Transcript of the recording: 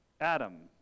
Adam